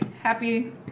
happy